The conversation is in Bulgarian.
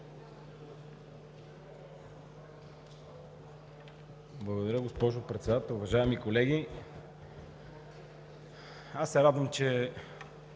Благодаря, госпожо Председател. Уважаеми колеги, аз се радвам, че